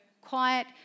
quiet